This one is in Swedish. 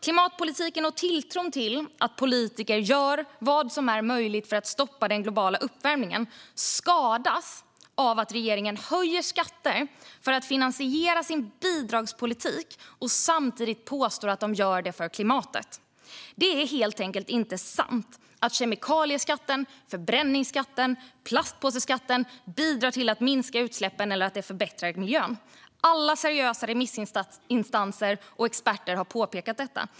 Klimatpolitiken och tilltron till att politiker gör det som är möjligt för att stoppa den globala uppvärmningen skadas av att regeringen höjer skatter för att finansiera sin bidragspolitik och samtidigt påstår att man gör det för klimatet. Det är helt enkelt inte sant att kemikalieskatten, förbränningsskatten och skatten på plastpåsar bidrar till att minska utsläppen eller förbättra miljön. Alla seriösa remissinstanser och experter har påpekat detta.